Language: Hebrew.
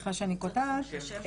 סליחה שאני קוטעת --- השם?